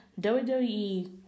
WWE